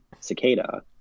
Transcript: cicada